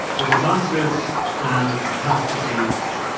the disasters and catastrophes,